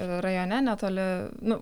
rajone netoli nu